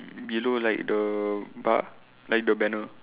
below like the bar like the banner